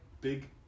big